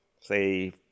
say